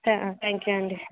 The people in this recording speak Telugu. థ్యాంక్యూ అండి